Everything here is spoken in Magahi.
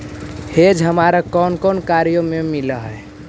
हेज हमारा कौन कौन कार्यों ला मिलई हे